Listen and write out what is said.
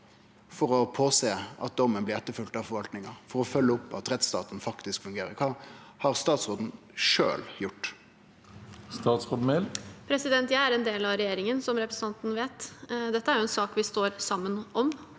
for å sjå til at dommen blir etterfølgd av forvaltninga, og for å følgje opp at rettsstaten faktisk fungerer? Kva har statsråden sjølv gjort? Statsråd Emilie Mehl Jeg er en del av re- gjeringen, som representanten vet, og dette er en sak vi står sammen om.